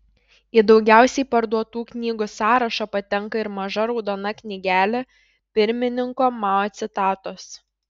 į daugiausiai parduotų knygų sąrašą patenka ir maža raudona knygelė pirmininko mao citatos